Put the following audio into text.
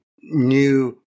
new